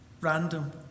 random